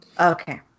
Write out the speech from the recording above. Okay